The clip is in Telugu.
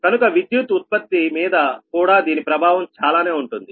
కనుక విద్యుత్ ఉత్పత్తి మీద కూడా దీని ప్రభావం చాలానే ఉంటుంది